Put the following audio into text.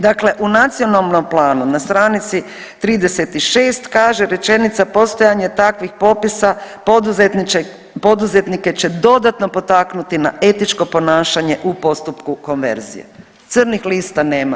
Dakle, u Nacionalnom planu na stranici 36. kaže rečenica: „Postojanje takvih popisa poduzetnike će dodatno potaknuti na etičko ponašanje u postupku konverzije.“ Crnih lista nema.